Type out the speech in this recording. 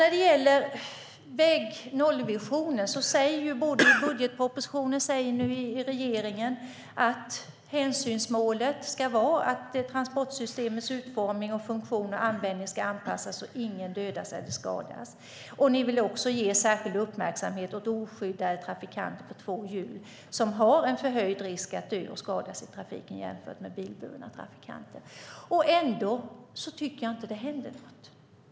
När det gäller nollvisionen säger regeringen i budgetpropositionen att hänsynsmålet ska vara att transportsystemets utformning, funktion och användning ska anpassas och ingen dödas eller skadas. Ni vill också ge särskild uppmärksamhet åt oskyddade trafikanter på två hjul, som har en förhöjd risk att dö och skadas i trafiken jämfört med bilburna trafikanter. Ändå tycker jag inte att det händer något.